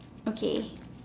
okay